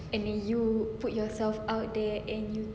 and you put yourself out there and you